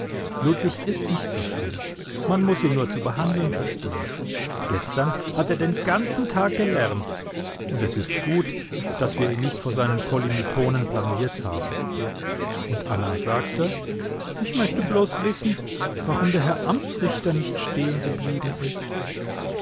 ludwig ist nicht so schlimm man muß ihn nur zu behandeln verstehen gestern hat er den ganzen tag gelernt und es ist gut daß wir ihn nicht vor seinen kolimitonen blamiert haben und anna sagte ich möchte bloß wissen warum der herr amtsrichter nicht stehengeblieben ist